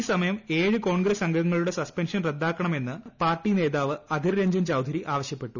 ഈ സമയം ഏഴ് കോൺഗ്രസ് അംഗങ്ങളുടെ സസ്പെൻഷൻ റദ്ദാക്കണമെന്ന് പാർട്ടി നേതാവ് അധിർ രഞ്ജൻ ചൌധരി ആവശ്യപ്പെട്ടു